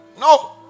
No